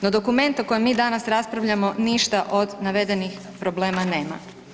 No dokument o kojem mi danas raspravljamo ništa od navedenih problema nema.